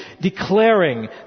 declaring